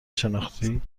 شناختی